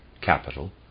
Capital